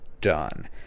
done